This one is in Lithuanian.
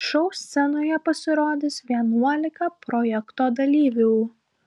šou scenoje pasirodys vienuolika projekto dalyvių